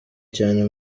cyane